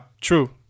true